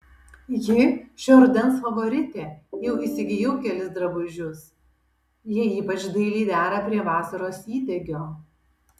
ji šio rudens favoritė jau įsigijau kelis drabužius jie ypač dailiai dera prie vasaros įdegio